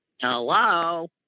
Hello